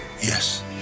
Yes